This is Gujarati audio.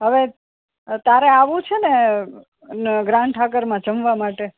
હા હવે તારે આવવું છે ને ગ્રાન્ડ ઠાકરમાં જમવા માટે